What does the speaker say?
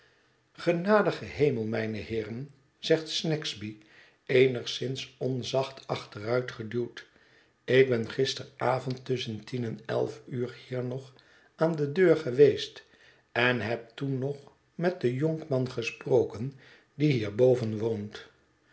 genadige hemel mijne heeren zegt snagsby eenigszins onzacht achteruitgeduwd ik ben gisteravond tusschen tien en elf uur hier nog aan de deur geweest en heb toen nog met den jonkman gesproken die hier boven woont